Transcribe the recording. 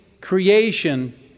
creation